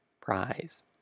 prize